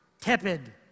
tepid